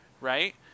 Right